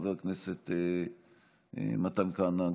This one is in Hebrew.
חבר הכנסת מתן כהנא,